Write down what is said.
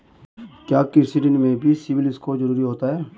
क्या कृषि ऋण में भी सिबिल स्कोर जरूरी होता है?